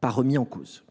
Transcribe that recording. pas remise en cause,